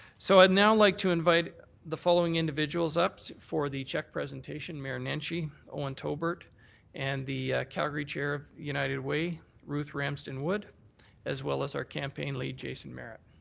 so i'd now like to invite the following individuals up for the cheque presentation. mayor nenshi, owen tolbert and the calgary chair of united way ruth ramsden wood as well as our campaign lead jason merit.